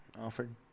offered